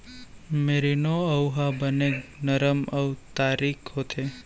merino ऊन ह बने नरम अउ तारीक होथे